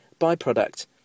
byproduct